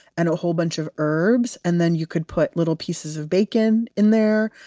and a whole bunch of herbs. and then you could put little pieces of bacon in there.